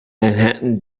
manhattan